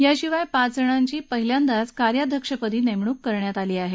याशिवाय पाच जणांची पहिल्यांदाच कार्याध्यक्षपदी नेमणूक करण्यात आली आहे